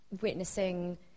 witnessing